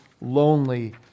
lonely